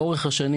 לאורך השנים,